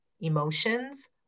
emotions